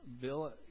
Bill